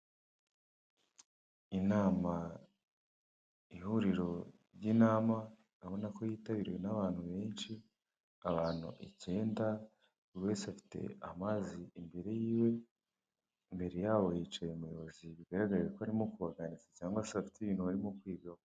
Inama , ihuriro ry' inama, urabona ko yitabiriwe n' abantu benshi, abantu ikenda, buri wese afite amazi imbere yiwe, imbere yabo hicaye umuyobozi bigaragara ko arimo kubaganiza cyangwa se bafite ibintu barimo kwigaho.